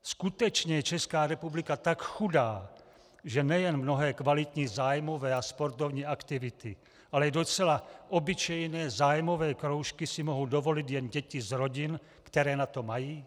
Skutečně Česká republika je tak chudá, že nejen mnohé kvalitní zájmové a sportovní aktivity, ale docela obyčejné zájmové kroužky si mohou dovolit jen děti z rodin, které na to mají?